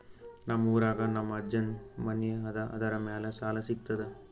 ನಮ್ ಊರಾಗ ನಮ್ ಅಜ್ಜನ್ ಮನಿ ಅದ, ಅದರ ಮ್ಯಾಲ ಸಾಲಾ ಸಿಗ್ತದ?